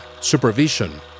Supervision